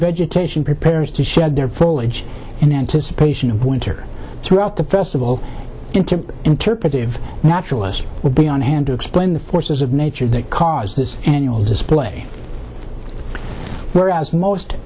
vegetation prepares to shed their foliage in anticipation of winter throughout the festival into interpretive naturalist will be on hand to explain the forces of nature that cause this annual display whereas most